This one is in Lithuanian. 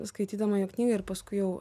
skaitydama jo knygą ir paskui jau